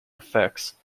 effects